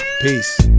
Peace